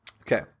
okay